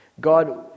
God